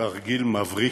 תרגיל מבריק,